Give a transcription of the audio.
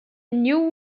new